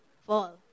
fall